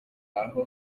aho